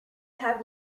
have